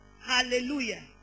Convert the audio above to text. Hallelujah